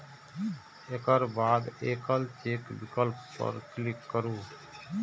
एकर बाद एकल चेक विकल्प पर क्लिक करू